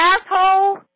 asshole